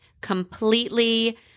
completely